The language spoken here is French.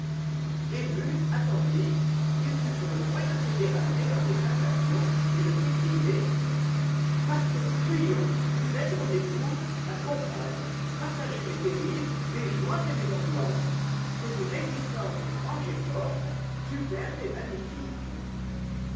ému attendri il fut sur le point de céder à un élan d'exaltation et de s'écrier partons fuyons vous êtes mon épouse ma compagne partagez mes périls mes joies et mes angoisses c'est une existence étrange et forte superbe et magnifique